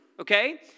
okay